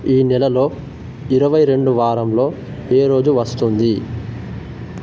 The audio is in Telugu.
ఈ నెలలో ఇరవై రెండు వారంలో ఏ రోజు వస్తుంది